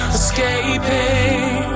escaping